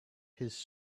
his